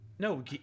No